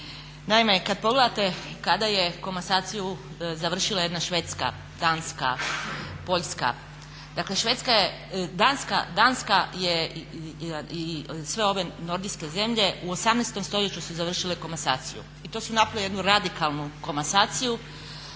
Naime, kad pogledate kada je komasaciju završila jedna Švedska, Danska, Poljska, dakle Danska je i sve ove nordijske zemlje u 18. stoljeću su završile komasaciju. I to su napravile jednu radikalnu komasaciju.